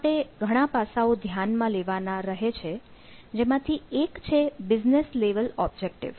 માટે ઘણા પાસાઓ ધ્યાનમાં લેવાના રહે છે જેમાંથી એક છે બિઝનેસ લેવલ ઓબ્જેક્ટીવ